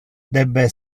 debe